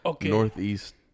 northeast